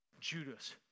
Judas